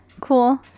Cool